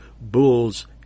bulls